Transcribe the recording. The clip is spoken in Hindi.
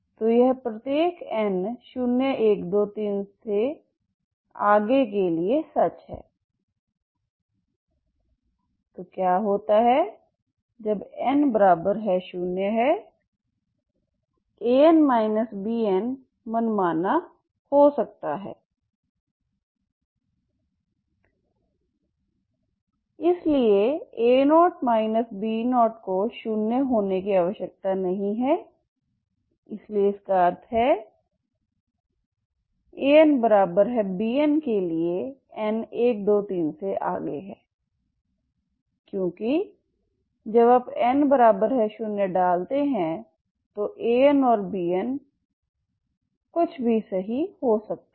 तो यह प्रत्येक n 0 1 2 3 के बाद के लिए सच है तो क्या होता है जब n0 है An Bn मनमाना हो सकता है इसलिए A0 B0 को शून्य होने की आवश्यकता नहीं है इसलिए इसका अर्थ है AnBn के लिए n 1 2 3 से आगे है क्योंकि जब आप n0 डालते हैंतो An और Bn कुछ भी सही हो सकता है